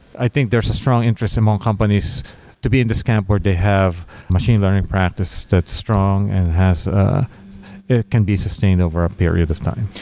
i think there's a strong interest among companies to be in this camp where they have machine learning practice that's strong and ah it can be sustained over a period of time.